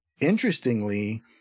Interestingly